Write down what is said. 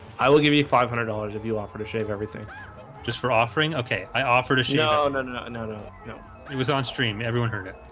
i will give you five hundred dollars if you offer to shave everything just for offering. okay, i offered a show ah and and and and and it was on stream everyone heard it.